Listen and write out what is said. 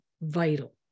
vital